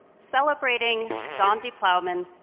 celebrating donde plowman,